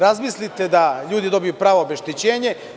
Razmislite da ljudi dobiju pravo obeštećenje.